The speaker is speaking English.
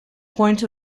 point